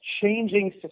changing